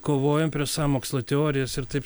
kovojom prieš sąmokslo teorijas ir taip